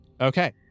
Okay